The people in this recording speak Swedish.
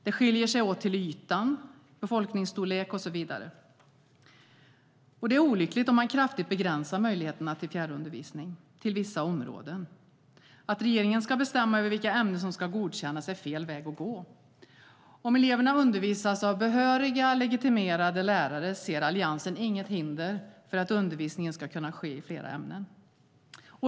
De skiljer sig åt till ytan, i befolkningsstorlek och så vidare. Det är olyckligt om man kraftigt begränsar möjligheterna till fjärrundervisning till vissa områden. Att regeringen ska bestämma över vilka ämnen som ska godkännas är fel väg att gå. Om eleverna undervisas av behöriga legitimerade lärare ser Alliansen inget hinder för att undervisningen ska kunna ske i fler ämnen.